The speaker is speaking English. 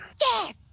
Yes